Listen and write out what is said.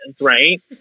right